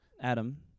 Adam